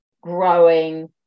growing